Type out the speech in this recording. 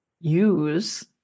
use